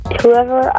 whoever